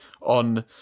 on